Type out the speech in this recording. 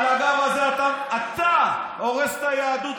על הגב הזה אתה הורס את היהדות,